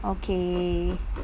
okay